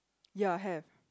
ya have